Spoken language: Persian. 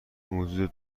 حدود